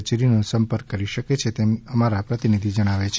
કચેરીનો સંપર્ક કરી શકે છે તેમ અમારા પ્રતિનિધિ જણાવે છે